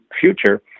future